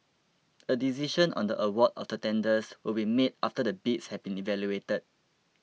a decision on the award of the tenders will be made after the bids have been evaluated